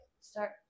start